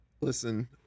Listen